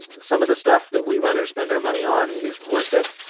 some of the stuff that we runners spend our money on is worth it,